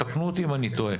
תקנו אותי אם אני טועה.